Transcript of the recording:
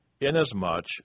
inasmuch